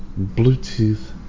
Bluetooth